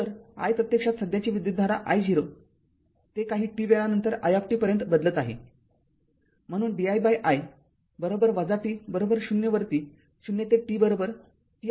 तर i प्रत्यक्षात सध्याची विद्युतधारा I0 ते काही t वेळानंतर i t पर्यंत बदलत आहेम्हणून di i t0 वरती 0 ते t t R L dt आहे